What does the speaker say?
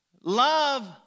Love